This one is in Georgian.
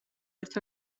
ერთ